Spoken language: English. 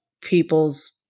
people's